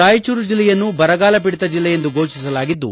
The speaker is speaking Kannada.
ರಾಯಚೂರು ಜಿಲ್ಲೆಯನ್ನು ಬರಗಾಲಪೀಡಿತ ಜಿಲ್ಲೆ ಎಂದು ಘೋಷಿಸಲಾಗಿದ್ದು